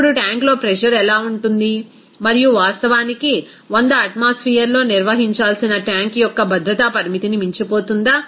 ఇప్పుడు ట్యాంక్లో ప్రెజర్ ఎలా ఉంటుంది మరియు వాస్తవానికి 100 అట్మాస్ఫియర్ లో నిర్వహించాల్సిన ట్యాంక్ యొక్క భద్రతా పరిమితిని మించిపోతుందా